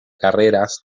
carreras